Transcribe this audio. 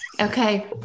Okay